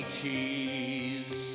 Cheese